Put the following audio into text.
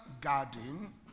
garden